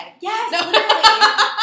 Yes